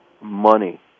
money